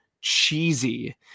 cheesy